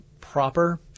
proper